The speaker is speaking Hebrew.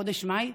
חודש מאי,